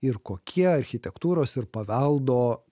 ir kokie architektūros ir paveldo